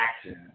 action